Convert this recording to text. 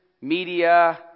media